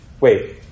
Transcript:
Wait